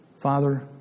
Father